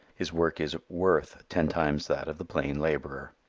his work is worth ten times that of the plain laborer.